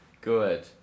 Good